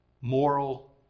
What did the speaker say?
Moral